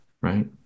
right